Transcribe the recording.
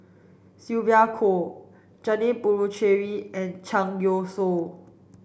Sylvia Kho Janil Puthucheary and Zhang Youshuo